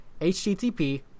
http